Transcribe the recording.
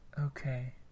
Okay